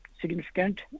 significant